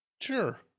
Sure